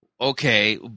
Okay